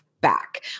back